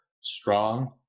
Strong